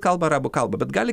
kalba arabų kalba bet gali